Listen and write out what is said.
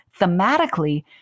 thematically